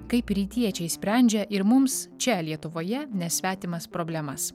kaip rytiečiai sprendžia ir mums čia lietuvoje nesvetimas problemas